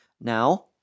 now